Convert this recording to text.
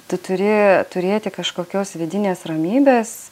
tu turi turėti kažkokios vidinės ramybės